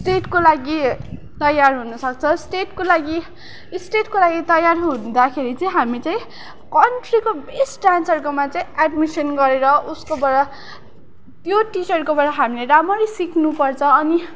स्टेटको लागि तैयार हुनसक्छ स्टेटको लागि स्टेटको लागि तयार हुँदाखेरि चाहिँ हामी चाहिँ कन्ट्रीको बेस्ट डान्सरकोमा चाहिँ एड्मिसन गरेर उसकोबाट त्यो टिचरकोबाट हामीले रामरी सिक्नुपर्छ अनि